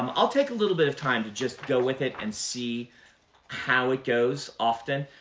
um i'll take a little bit of time to just go with it and see how it goes, often.